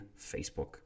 Facebook